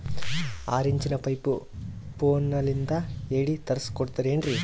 ಆರಿಂಚಿನ ಪೈಪು ಫೋನಲಿಂದ ಹೇಳಿ ತರ್ಸ ಕೊಡ್ತಿರೇನ್ರಿ?